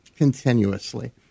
Continuously